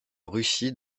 russie